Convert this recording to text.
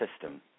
system